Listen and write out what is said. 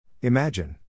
Imagine